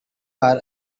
bar